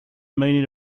meaning